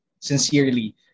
sincerely